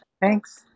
Thanks